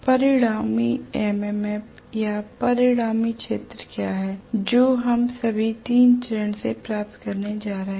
परिणामी MMF या परिणामी क्षेत्र क्या है जो हम सभी 3 चरणों से प्राप्त करने जा रहे हैं